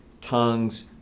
tongues